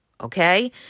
okay